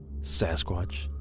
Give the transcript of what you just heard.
Sasquatch